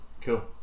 Cool